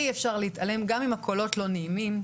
אי אפשר להתעלם גם אם הקולות לא נעימים,